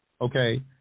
Okay